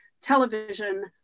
television